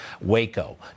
Waco